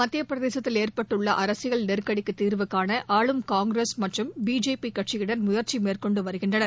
மத்திய பிரதேசத்தில் ஏற்பட்டுள்ள அரசியல் நெருக்கடிக்கு தீர்வுகாண ஆளும் காங்கிரஸ் மற்றும் பிஜேபி கட்சியினர் முயற்சி மேற்கொண்டு வருகின்றனர்